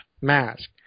mask